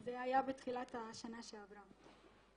זה היה בתחילת השנה שעברה.